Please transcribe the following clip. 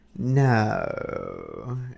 No